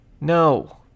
No